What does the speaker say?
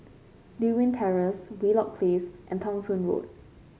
Lewin Terrace Wheelock Place and Thong Soon Road